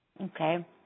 Okay